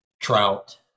trout